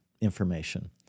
information